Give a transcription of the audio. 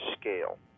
scale